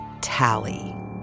Tally